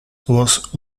was